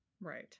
Right